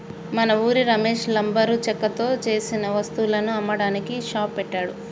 మన ఉరి రమేష్ లంబరు చెక్కతో సేసిన వస్తువులను అమ్మడానికి షాప్ పెట్టాడు